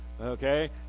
Okay